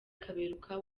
kaberuka